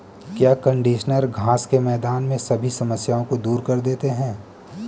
क्या कंडीशनर घास के मैदान में सभी समस्याओं को दूर कर देते हैं?